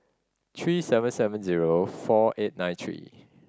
three seven seven zero four eight nine three